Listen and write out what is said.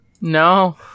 No